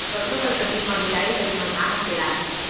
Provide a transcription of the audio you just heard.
कतका कतका दिन म निदाई करे म धान ह पेड़ाही?